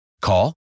Call